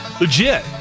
Legit